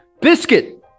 Biscuit